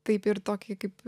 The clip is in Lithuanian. taip ir tokį kaip